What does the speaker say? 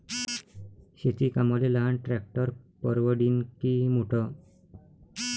शेती कामाले लहान ट्रॅक्टर परवडीनं की मोठं?